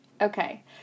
Okay